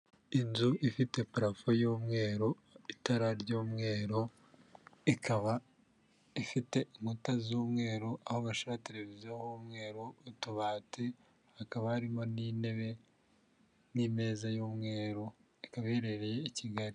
Inzu ifite parafo y'umweru, itara ry'umweru, ikaba ifite inkuta z'umweru, aho bashira televiziyo h'umweru, utubati, hakaba harimo n'intebe n'imeza y'umweru ikaba iherereye i Kigali.